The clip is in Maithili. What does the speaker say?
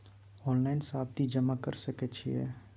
ऑनलाइन सावधि जमा कर सके छिये?